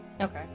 Okay